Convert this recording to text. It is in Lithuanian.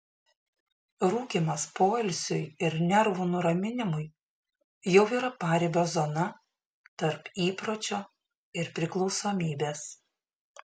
rūkymas poilsiui ir nervų nuraminimui jau yra paribio zona tarp įpročio ir priklausomybės